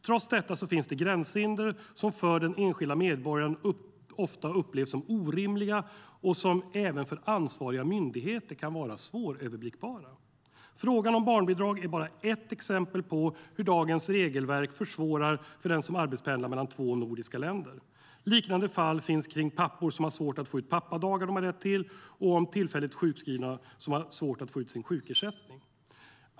Trots detta finns gränshinder som för den enskilda medborgaren ofta upplevs som orimliga och som även för ansvariga myndigheter kan vara svåröverblickbara. Frågan om barnbidrag är bara ett exempel på hur dagens regelverk försvårar för den som arbetspendlar mellan två nordiska länder. Liknande fall finns för pappor som har svårt att få ut de pappadagar de har rätt till och för tillfälligt sjukskrivna som har svårt att få ut sin sjukersättning.